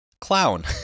Clown